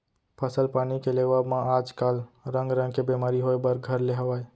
फसल पानी के लेवब म आज काल रंग रंग के बेमारी होय बर घर ले हवय